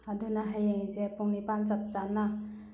ꯑꯗꯨꯅ ꯍꯌꯦꯡꯁꯦ ꯄꯨꯡ ꯅꯤꯄꯥꯟ ꯆꯞ ꯆꯥꯅ